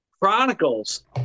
Chronicles